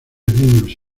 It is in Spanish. niños